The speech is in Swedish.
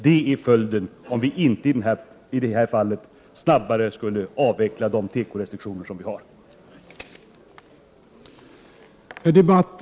Det är följden, om vi inte i det här fallet snabbare skulle avveckla tekorestriktionerna. Kammaren övergick till att fatta beslut i ärendet.